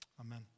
Amen